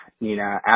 Nina